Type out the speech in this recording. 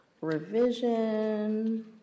revision